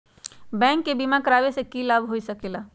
Bank से बिमा करावे से की लाभ होई सकेला?